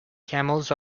camels